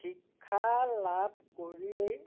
শিক্ষা লাভ কৰিয়ে